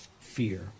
fear